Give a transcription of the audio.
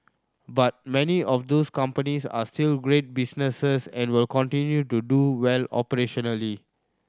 but many of these companies are still great businesses and will continue to do well operationally